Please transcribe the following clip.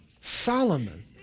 Solomon